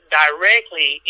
directly